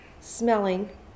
smelling